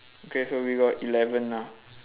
okay so we got eleven ah